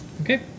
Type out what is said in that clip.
okay